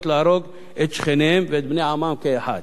להרוג את שכניהם ואת בני עמם כאחד.